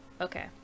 okay